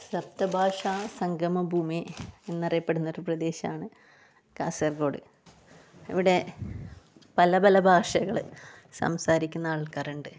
സപ്തഭാഷാ സംഗമ ഭൂമി എന്നറിയപ്പെടുന്നൊര് പ്രദേശമാണ് കാസർകോഡ് ഇവിടെ പല പല ഭാഷകള് സംസാരിക്കുന്ന ആൾക്കാരുണ്ട്